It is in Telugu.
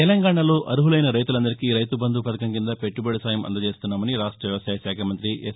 తెలంగాణలో అర్హులైన రైతులందరికీ రైతుబంధు పథకం కింద పెట్టుబడి సాయం అందజేస్తున్నామని రాష్ట వ్యవసాయ శాఖ మంతి ఎస్